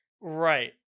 right